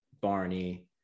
Barney